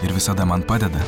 ir visada man padeda